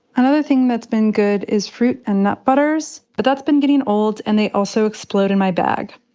another thing that's been good is fruit and nut butters but that's been getting old and they also explode in my bag.